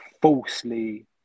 falsely